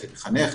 כמחנך,